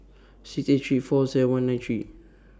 six eight three four seven one nine three